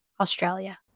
Australia